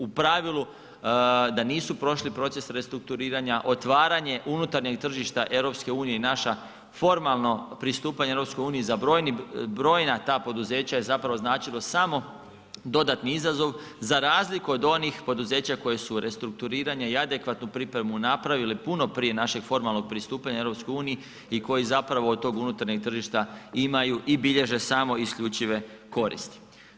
U pravilu da nisu prošli proces restrukturiranja, otvaranje unutarnjeg tržišta EU i naše formalno pristupanje EU za brojna ta poduzeća je zapravo značilo samo dodatni izazov za razliku od onih poduzeća koji su restrukturiranje i adekvatnu pripremu napravili puno prije našeg formalnog pristupanja EU i koji zapravo od tog unutarnjeg tržišta imaju i bilježe samo isključive koristi.